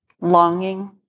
longing